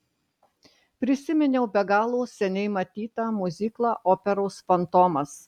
prisiminiau be galo seniai matytą miuziklą operos fantomas